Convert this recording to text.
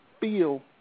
feel